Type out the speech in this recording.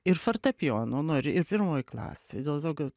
ir fortepijonu nu ir ir pirmoj klasėj dėl to kad